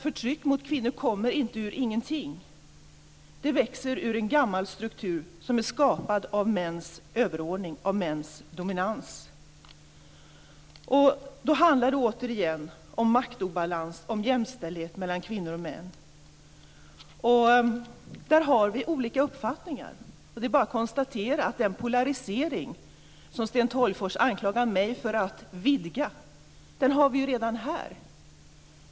Förtryck mot kvinnor kommer ju inte ur ingenting, utan det växer ur en gammal struktur som är skapad av mäns överordning, av mäns dominans. Återigen handlar det om maktobalans, om jämställdhet mellan kvinnor och män. Där har vi olika uppfattningar. Det är bara att konstatera att den polarisering som Sten Tolgfors anklagar mig för att vidga har vi redan här.